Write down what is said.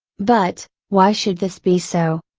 but, why should this be so?